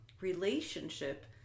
relationship